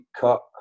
cut